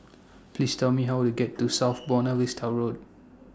Please Tell Me How Would get to South Buona Vista Road